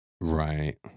Right